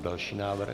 Další návrh.